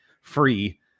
free